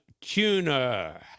tuner